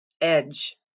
edge